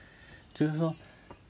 就是说